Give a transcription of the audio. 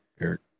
Eric